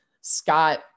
Scott